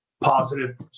positive